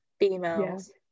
females